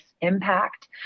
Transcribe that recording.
impact